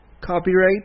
Copyright